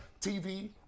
TV